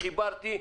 חיברתי,